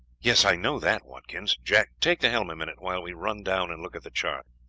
yes, i know that, watkins. jack, take the helm a minute while we run down and look at the chart.